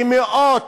במאות